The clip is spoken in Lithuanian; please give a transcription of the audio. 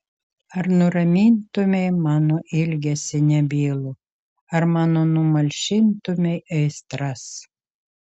ar nuramintumei mano ilgesį nebylų ar mano numalšintumei aistras